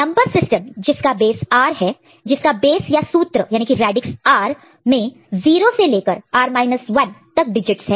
number system जिसका base r है जिसके बेस या रेडीकस r में 0 से लेकर r 1 तक डिजिट्स है